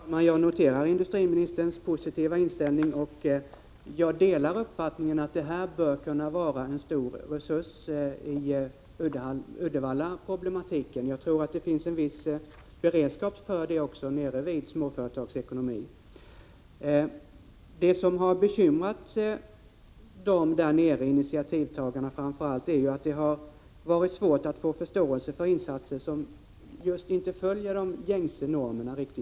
Herr talman! Jag noterar industriministerns positiva inställning. Jag delar appfattningen att det här projektet bör kunna bli en stor resurs i samband med åtgärderna för att lösa Uddevallaproblematiken. Det finns säkert också en viss beredskap inom Småföretagsekonomi för en verksamhet i det sammanhanget. Det som har bekymrat framför allt initiativtagarna till projektet är att det har varit svårt att få förståelse för insatser som inte riktigt följer de gängse normerna.